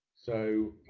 so